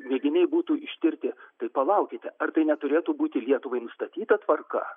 mėginiai būtų ištirti tai palaukite ar tai neturėtų būti lietuvai nustatyta tvarka